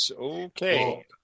Okay